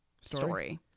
story